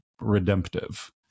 redemptive